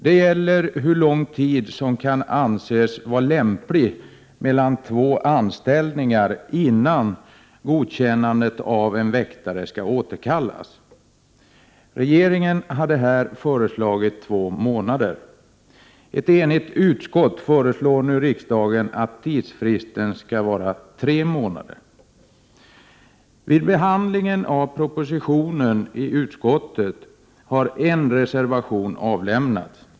Det gäller hur lång tid som kan anses vara lämplig mellan två anställningar, innan godkännandet av en väktare skall återkallas. Regeringen hade här föreslagit två månader. Ett enigt utskott föreslår nu riksdagen att tidsfristen skall vara tre månader. Vid behandlingen av propositionen i utskottet har en reservation avlämnats.